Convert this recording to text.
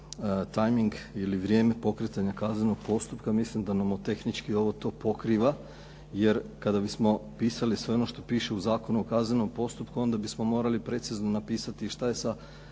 tajming ili vrijeme pokretanja kaznenog postupka, mislim da nomotehnički ovo to pokriva jer kada bismo pisali sve ono što piše u Zakonu o kaznenom postupku onda bismo morali precizno napisati šta je sa